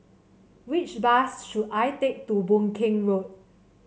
which bus should I take to Boon Keng Road